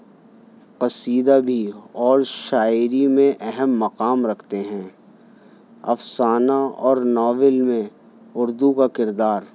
قصیدہ بھی اور شاعری میں اہم مقام رکھتے ہیں افسانہ اور ناول میں اردو کا کردار